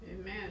Amen